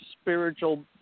spiritual